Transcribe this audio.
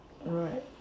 Right